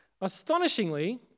Astonishingly